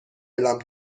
اعلام